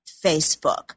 Facebook